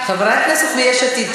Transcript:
חברי הכנסת של יש עתיד,